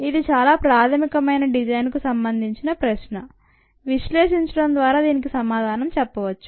ఇది చాలా ప్రాథమికమైన డిజైన్కు సంబంధించిన ప్రశ్న విశ్లేషించడం ద్వారా దీనికి సమాధానం చెప్పవచ్చు